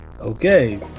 Okay